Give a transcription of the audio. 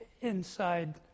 inside